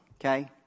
okay